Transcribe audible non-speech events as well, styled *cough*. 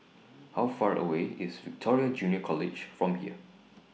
*noise* How Far away IS Victoria Junior College from here